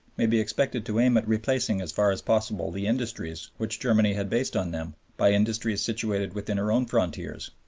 may be expected to aim at replacing as far as possible the industries, which germany had based on them, by industries situated within her own frontiers.